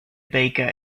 baker